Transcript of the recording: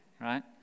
Right